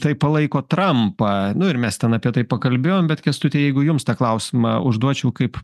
taip palaiko trampą nu ir mes ten apie tai pakalbėjom bet kęstuti jeigu jums tą klausimą užduočiau kaip